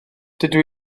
dydw